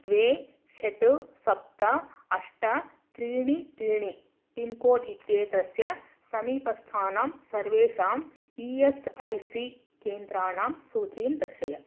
द्वे षट् सप्त अष्ट त्रीणि त्रीणि पिन्कोड् इत्येतस्य समीपस्थानां सर्वेषाम् ई एस् ऐ सी केन्द्राणां सूचीं दर्शय